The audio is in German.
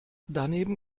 daneben